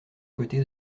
côté